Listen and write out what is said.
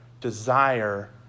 desire